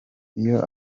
iyo